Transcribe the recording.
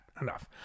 enough